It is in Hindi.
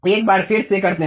एक बार फिर से करते हैं